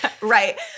right